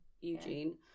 Eugene